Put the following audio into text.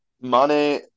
Money